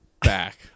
back